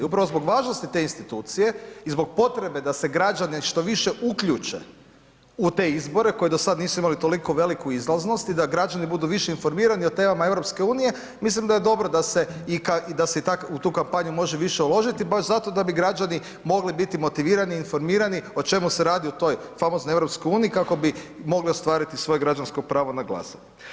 Upravo zbog važnosti te institucije i zbog potrebe da se građani što više uključe u te izbore koje do sada nisu imali toliko veliku izlaznost i da građani budu više informirani o temama EU, mislim da je dobro da se, i da se u tu kampanju može više uložiti, baš zato da bi građani mogli biti motivirani, informirani, o čemu se radi u toj famoznoj EU, kako bi mogli ostvariti svoje građansko pravo na glasanje.